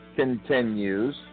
continues